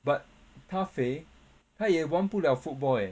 but 他肥他也玩不了 football eh